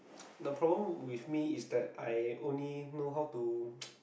the problem with me is that I only know how to